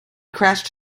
crashed